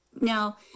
now